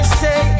say